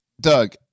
Doug